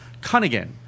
Cunningham